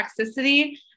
toxicity